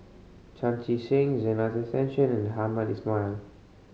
Chan Chee Seng Zena Tessensohn and Hamed Ismail